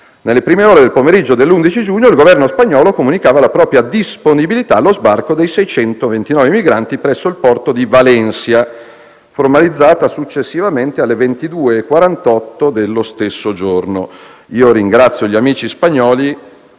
Nelle prime ore del pomeriggio dell'11 giugno il Governo spagnolo comunicava la propria disponibilità allo sbarco dei 629 migranti presso il porto di Valencia; disponibilità formalizzata successivamente, alle ore 22,48 dello stesso giorno. Io ringrazio gli amici spagnoli,